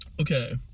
Okay